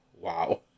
wow